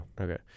Okay